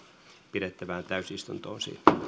pidettävään täysistuntoon